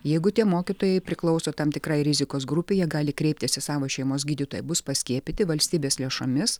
jeigu tie mokytojai priklauso tam tikrai rizikos grupei jie gali kreiptis į savo šeimos gydytoją bus paskiepyti valstybės lėšomis